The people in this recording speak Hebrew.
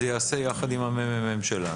זה ייעשה יחד עם הממ"מ שלנו.